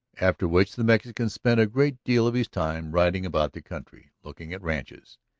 after which the mexican spent a great deal of his time riding about the country, looking at ranches.